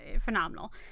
phenomenal